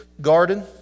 Garden